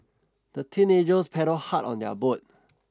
the teenagers paddled hard on their boat